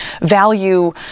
value